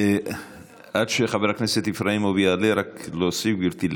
עד שחבר הכנסת איפראימוב יעלה, רק להוסיף, גברתי,